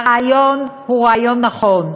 הרעיון הוא רעיון נכון.